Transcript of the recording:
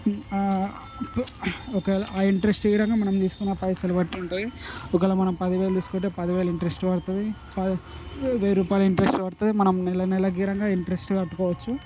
ఒకవేళ ఆ ఇంట్రెస్ట్ గినంగ మనం తీసుకున్న పైసలు పట్టి ఉంటుంది ఒకవేళ మనం పది వేలు తీసుకుంటే పది వేలు ఇంట్రెస్ట్ పడుతుంది ప వెయ్యి రూపాయలు ఇంట్రెస్ట్ పడుతుంది మనం నెల నెల గినంగ ఇంట్రెస్ట్ కట్టుకోవచ్చు